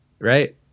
right